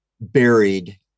buried